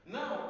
Now